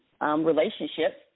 relationships